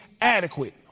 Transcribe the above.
adequate